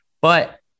But-